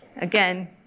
Again